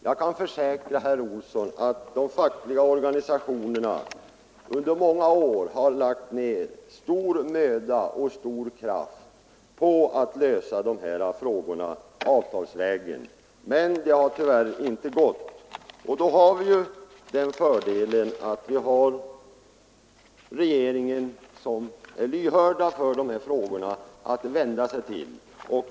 Jag kan försäkra herr Olsson att de fackliga organisationerna under många år har lagt ned stor möda och kraft på att lösa dessa frågor avtalsvägen, men det har tyvärr inte gått. Och då har vi den fördelen att kunna vända oss till regeringen, som är lyhörd för de här frågorna.